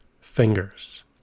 fingers